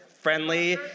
friendly